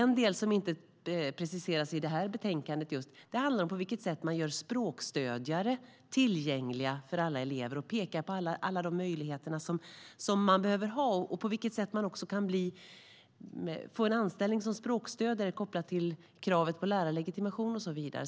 Något som inte preciseras i betänkandet är på vilket sätt språkstödjare ska göras tillgängliga för alla elever och alla de möjligheter som de behöver ha och på vilket sätt man kan få en anställning som språkstödjare kopplat till kravet på lärarlegitimation och så vidare.